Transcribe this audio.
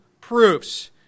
proofs